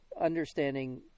understanding